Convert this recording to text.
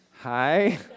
Hi